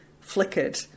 flickered